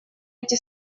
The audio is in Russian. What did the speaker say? эти